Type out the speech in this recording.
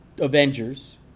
Avengers